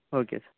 okay sir